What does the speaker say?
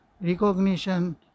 recognition